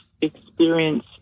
experience